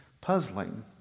puzzling